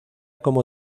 como